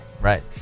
right